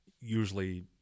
usually